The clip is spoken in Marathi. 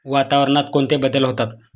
वातावरणात कोणते बदल होतात?